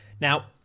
Now